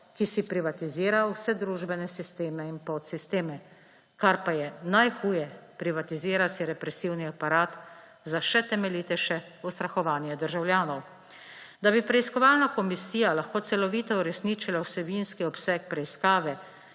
ki si privatizira vse družbene sisteme in podsisteme. Kar pa je najhuje, privatizira si represivni aparat za še temeljitejše ustrahovanje državljanov. Da bi preiskovalna komisija lahko celovito uresničila vsebinski obseg preiskave